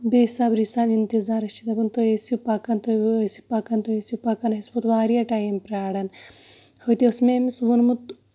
بے صبری سان یِم انتظارس أسۍ چھِ دپان تُہۍ ٲسِو پَکان تُہۍ ٲسِو پَکان اَسہِ ووٚت واریاہ ٹایم پیاران ہُہ تہِ اوس مےٚ أمِس ووٚنمُت